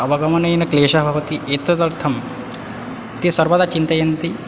अवगमनेन क्लेशः भवति एतदर्थं ते सर्वदा चिन्तयन्ति